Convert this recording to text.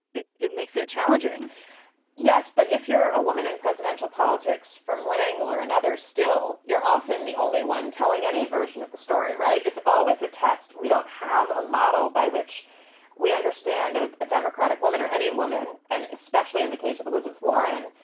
it it makes it challenging yes, but if you're a woman in presidential politics from one angle or another, still you're often the only one telling any version of the story, right. it's always a test. we don't have a model by which we understand. a democratic woman or any woman. and especially in the case of elizabeth warren,